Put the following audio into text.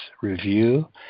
review